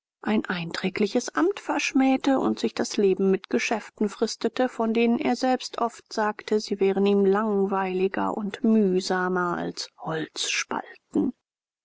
ein einträgliches amt verschmähte und sich das leben mit geschäften fristete von denen er selbst oft sagte sie wären ihm langweiliger und mühsamer als